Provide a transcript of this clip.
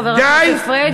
חבר הכנסת פריג'.